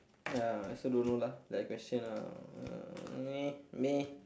ya I also don't know lah that question uh uh meh meh